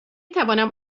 توانم